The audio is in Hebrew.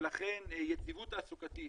ולכן יציבות תעסוקתית